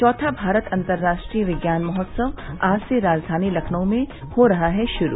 चौथा भारत अतंराष्ट्रीय विज्ञान महोत्सव आज से राजधानी लखनऊ में हो रहा है शुरू